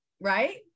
right